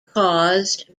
caused